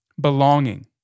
belonging